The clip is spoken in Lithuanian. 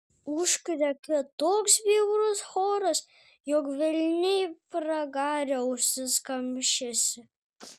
užkriokė toks bjaurus choras jog velniai pragare ausis kamšėsi